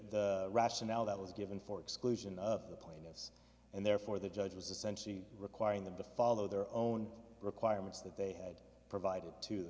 the rationale that was given for exclusion of the planes and therefore the judge was essentially requiring them to follow their own requirements that they had provided to